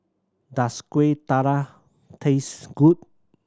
does Kueh Dadar taste good